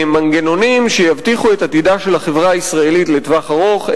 במנגנונים שיבטיחו את עתידה של החברה הישראלית לטווח ארוך,